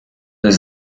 jest